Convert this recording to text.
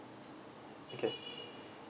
okay